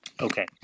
Okay